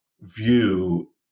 view